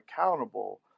accountable